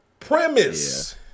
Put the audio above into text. Premise